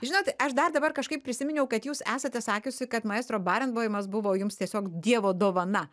žinot aš dar dabar kažkaip prisiminiau kad jūs esate sakiusi kad maisto barenboimas buvo jums tiesiog dievo dovana